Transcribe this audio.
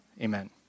Amen